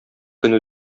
көн